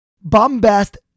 bombast